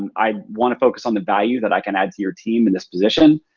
and i'd wanna focus on the value that i can add to your team in this position,